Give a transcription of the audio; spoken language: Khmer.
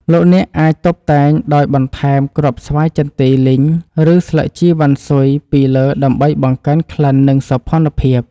លោកអ្នកអាចតុបតែងដោយបន្ថែមគ្រាប់ស្វាយចន្ទីលីងឬស្លឹកជីរវ៉ាន់ស៊ុយពីលើដើម្បីបង្កើនក្លិននិងសោភ័ណភាព។